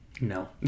No